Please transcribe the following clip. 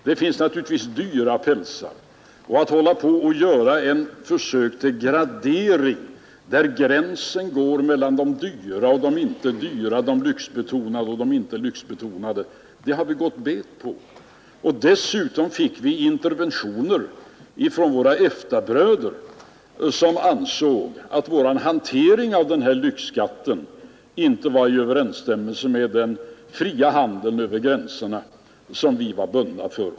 Det finns naturligtvis dyra och mindre dyra pälsar, men att försöka sätta en gräns mellan de dyra och inte dyra, mellan de lyxbetonade och inte lyxbetonade, har vi gått bet på. Dessutom fick vi interventioner från våra EFTA-bröder, som ansåg att vår hantering av denna lyxskatt inte stod i överensstämmelse med den fria handel över gränserna som vi var bundna för.